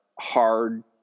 hard